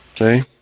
Okay